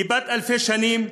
היא בת אלפי שנים,